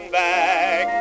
back